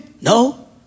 No